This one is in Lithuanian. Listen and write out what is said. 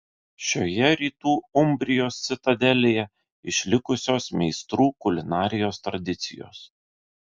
šioje rytų umbrijos citadelėje išlikusios meistrų kulinarijos tradicijos